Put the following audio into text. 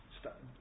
Stop